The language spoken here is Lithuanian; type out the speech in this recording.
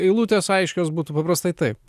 eilutės aiškios būtų paprastai taip